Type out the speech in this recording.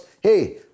hey